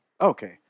Okay